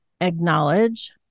acknowledge